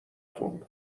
تون